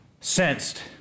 sensed